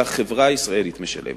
שהחברה הישראלית משלמת,